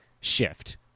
shift